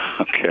Okay